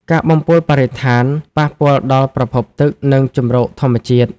ការបំពុលបរិស្ថាន ប៉ះពាល់ដល់ប្រភពទឹក និងជម្រកធម្មជាតិ។